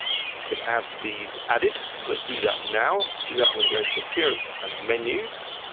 we can have these added, so let's do that now. to do that, i'm going to go into appearance and menus.